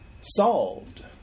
solved